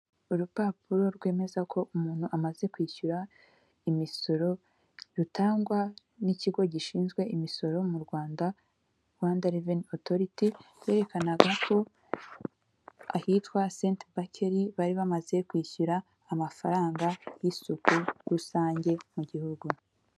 Urupapuro rwemeza ko umuntu amaze kwishyura imisoro rutangwa n'ikigo gishinzwe imisoro mu Rwanda, Rwanda reveni otoriti, berekanaga ko ahitwa senti bakeri bari bamaze kwishyura amafaranga y'isuku rusange mu gihugu.